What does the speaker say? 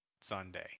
Sunday